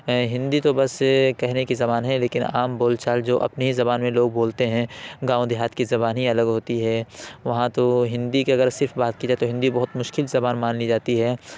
ہندی تو بس کہنے کی زبان ہے لیکن عام بول چال جو اپنی زبان میں لوگ بولتے ہیں گاؤں دیہات کی زبان ہی الگ ہوتی ہے وہاں تو ہندی کی اگر صرف بات کی جائے تو ہندی بہت مشکل سے زبان مان لی جاتی ہے